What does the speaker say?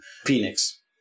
Phoenix